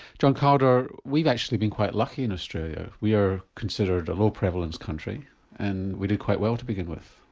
john kaldor we've actually been quite lucky in australia, we are considered a low prevalence country and we did quite well to begin with.